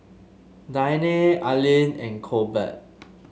Diane Arlyn and Colbert